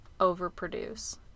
overproduce